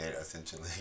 essentially